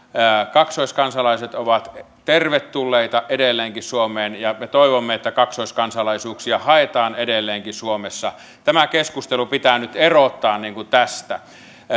kaksoiskansalaiset ovat tervetulleita edelleenkin suomeen ja me toivomme että kaksoiskansalaisuuksia haetaan edelleenkin suomessa tämä keskustelu pitää nyt erottaa tästä